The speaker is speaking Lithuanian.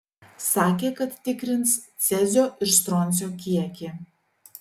sakė kad tikrins cezio ir stroncio kiekį